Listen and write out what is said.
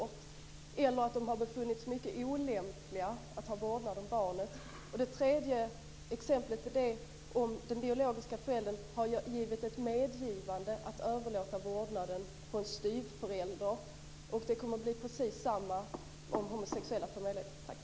Det andra är om föräldern har befunnits mycket olämplig att ha vårdnad om barnet, och det tredje exemplet är om den biologiska föräldern har gjort ett medgivande om att överlåta vårdnaden på en styvförälder. Det kommer att bli precis samma om homosexuella får möjlighet.